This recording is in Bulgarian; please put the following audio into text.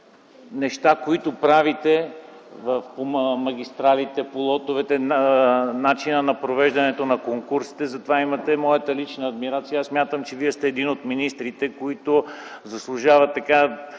които правите по магистралите, по лотовете, и начина на провеждането на конкурсите, имате моята лична адмирация. Аз смятам, че Вие сте един от министрите, които заслужават